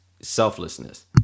selflessness